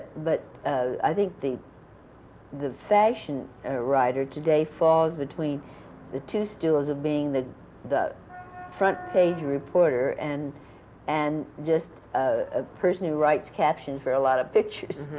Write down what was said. but i think the the fashion and writer today falls between the two stools of being the the front-page reporter and and just a person who writes captions for a lot of pictures,